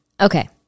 Okay